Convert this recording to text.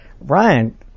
Ryan